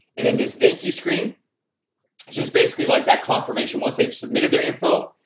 and then this thank-you screen it's just basically like that confirmation once they've submitted their info.